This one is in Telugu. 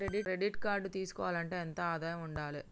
క్రెడిట్ కార్డు తీసుకోవాలంటే ఎంత ఆదాయం ఉండాలే?